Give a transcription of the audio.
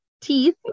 Teeth